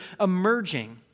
emerging